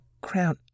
crown